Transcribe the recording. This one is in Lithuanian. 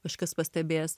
kažkas pastebės